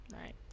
Right